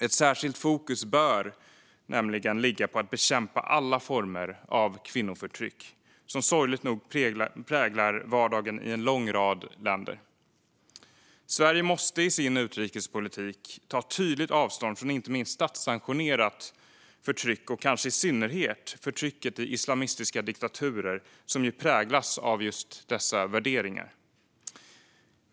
Ett särskilt fokus bör nämligen ligga på att bekämpa alla former av kvinnoförtryck som sorgligt nog präglar vardagen i en lång rad länder. Sverige måste i sin utrikespolitik ta tydligt avstånd från inte minst statssanktionerat förtryck och kanske i synnerhet förtrycket i islamistiska diktaturer, som präglas av dessa värderingar.